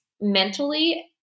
mentally